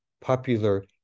popular